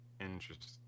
Interesting